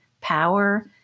power